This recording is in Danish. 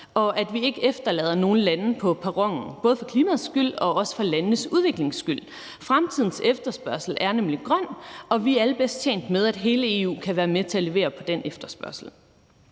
og at vi ikke efterlader nogle lande på perronen, både for klimaets skyld og også for landenes udviklings skyld. Fremtidens efterspørgsel er nemlig grøn, og vi er alle bedst tjent med, at hele EU kan være med til at levere på den efterspørgsel.